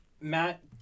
Matt